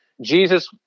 Jesus